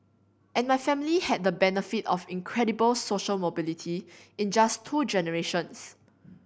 and my family had the benefit of incredible social mobility in just two generations